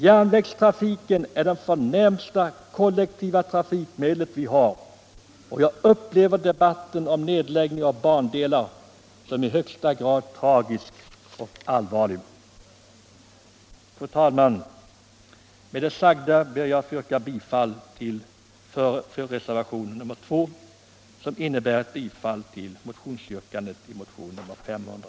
Järnvägstrafiken är det förnämsta kollektiva trafikmedlet vi har, och jag upplever debatten om nedläggning av bandelar som i högsta grad tragisk och allvarlig. Fru talman! Med det sagda ber jag att få yrka bifall till reservationen 2, som innebär bifall till yrkandet i motionen 500.